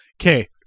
Okay